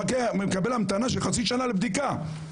מקבל המתנה של חצי שנה לבדיקה?